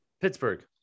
Pittsburgh